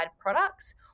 products